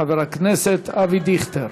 חבר הכנסת אבי דיכטר.